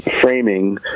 framing